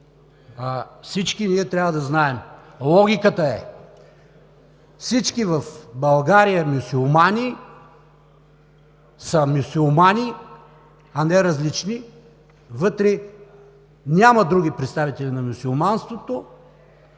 всички ние трябва да знаем: логиката е – всички мюсюлмани в България са мюсюлмани, а не различни – вътре няма други представители на мюсюлманството.